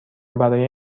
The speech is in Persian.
برای